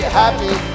happy